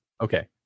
okay